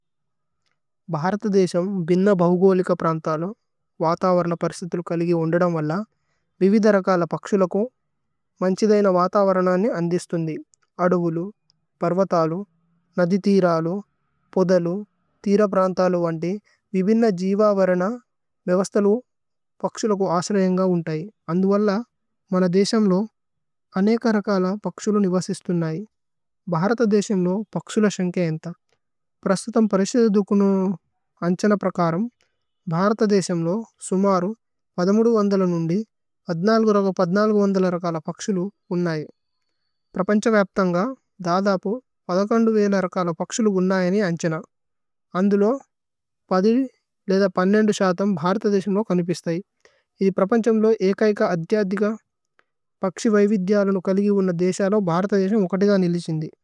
ഭ്ഹരത ദേശമ് ബിന്ന ഭവ്ഗോലിക പ്രന്തല, വതവര്ന പ്രന്തലു കലിഗി ഓന്ദദ മല്ല വിവിദര കല പക്ശുലകു മന്ഛിദയ്ന വതവര്ന നിനി അന്ദിṣṭഉന്ദി। അദുവുലു, പര്വതലു, നദി തിരലു, പോദലു, തിര പ്രന്തലു വന്ദേ വിവിന്ന ജിവവര്ന മേവസ്തലു പക്ശുലകു അśരയṁഗ ഉന്ത। അന്ദു വല്ല മന ദേശമ് ലോ അനേകര കല പക്ശുലു നിവസിṣṭഉന്നൈ। ഭ്ഹരത ദേശമ് ലോ പക്ശുലശന് കേ അന്ത। അന്ദു ലോ പദി ലേഇദ പന്നേന്ദു।